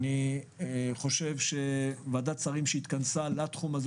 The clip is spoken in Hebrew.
אני חושב שוועדת שרים שהתכנסה לתחום הזה